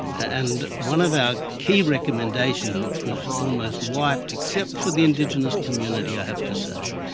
and one of our key recommendations which was almost wiped, except for the indigenous community, i have to say,